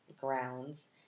grounds